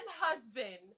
husband